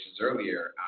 earlier